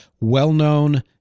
well-known